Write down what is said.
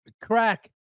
crack